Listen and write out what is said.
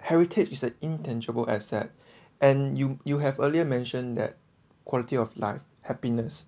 heritage is an intangible asset and you you have earlier mentioned that quality of life happiness